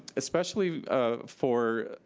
especially for